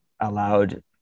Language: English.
allowed